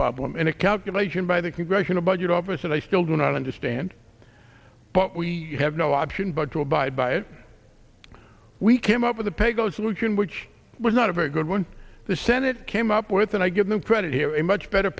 problem and it calculation by the congressional budget office and i still do not understand but we have no option but to abide by it we came up with a paygo solution which was not a very good one the senate came up with and i give them credit here a much better